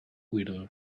widow